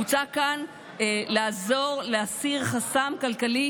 מוצע כאן לעזור להסיר חסם כלכלי,